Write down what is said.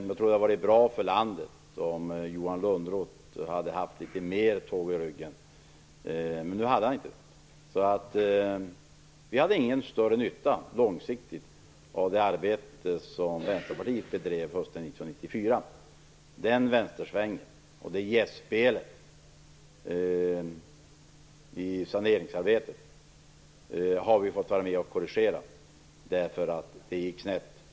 Jag tror att det hade varit bra för landet om Johan Lönnroth hade haft litet mera råg i ryggen, men det hade han inte. Vi hade ingen större nytta långsiktigt av det arbete som Vänsterpartiet bedrev hösten 1994. Den vänstersvängen och det gästspelet i budgetsaneringsarbetet har vi fått korrigera därför att det gick snett.